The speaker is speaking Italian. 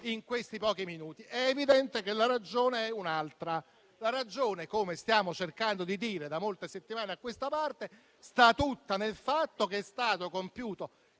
in pochi minuti? È evidente che la ragione è un'altra. La ragione - come stiamo cercando di dire da molte settimane a questa parte - sta tutta nel fatto che è stato compiuto